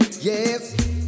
yes